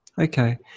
Okay